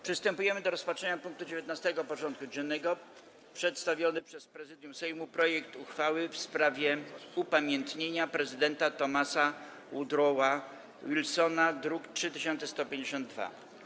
Przystępujemy do rozpatrzenia punktu 19. porządku dziennego: Przedstawiony przez Prezydium Sejmu projekt uchwały w sprawie upamiętnienia prezydenta Thomasa Woodrowa Wilsona (druk nr 3152)